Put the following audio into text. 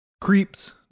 Creeps